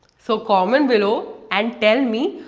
so comment below and tell me,